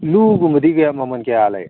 ꯂꯨꯒꯨꯝꯕꯗꯤ ꯃꯃꯜ ꯀꯌꯥ ꯂꯩ